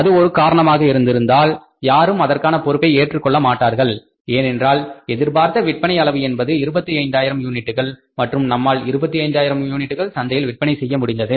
அது ஒரு காரணமாக இருந்திருந்தால் யாரும் அதற்கான பொறுப்பை ஏற்றுக்கொள்ள மாட்டார்கள் ஏனென்றால் எதிர்பார்த்த விற்பனை அளவு என்பது இருபத்தைந்தாயிரம் யூனிட்டுகள் மற்றும் நம்மால் 25ஆயிரம் யூனிட்டுகள் சந்தையில் விற்பனை செய்ய முடிந்தது